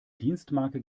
dienstmarke